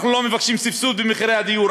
אנחנו לא מבקשים סבסוד במחירי הדיור,